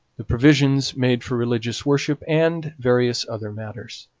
the provisions made for religious worship, and various other matters.